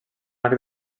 arc